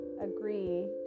agree